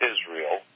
Israel